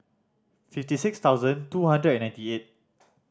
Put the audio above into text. fifty six thousand two hundred and ninety eight